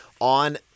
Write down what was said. on